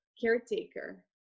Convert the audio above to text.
caretaker